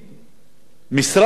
משרד הפנים מתנגד